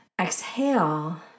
exhale